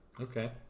Okay